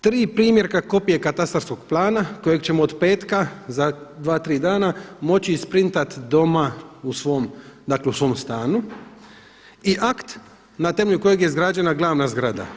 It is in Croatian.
Tri primjera kopije katastarskog plana kojeg ćemo od petka za dva, tri dana moći isprintat doma u svom, dakle u svom stanu i akt na temelju kojeg je izgrađena glavna zgrada.